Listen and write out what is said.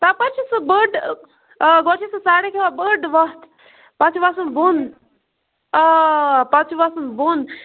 تَپٲرۍ چھ سُہ بٔڑ آ سُہ سَڑَک بٔڑ وتھ پَتہٕ چھُ وَسُن بۄن آ پَتہٕ چھُ وَسُن بۄن